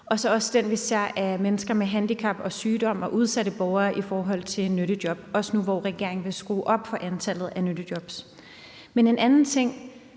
udnyttelse, vi ser, af mennesker med handicap og sygdom og af udsatte borgere i forhold til nyttejobs, også nu, hvor regeringen vil skrue op for antallet af nyttejobs. En anden ting